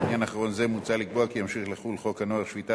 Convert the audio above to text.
בעניין אחרון זה מוצע לקבוע כי ימשיך לחול חוק הנוער (שפיטה,